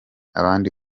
abandi